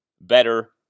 better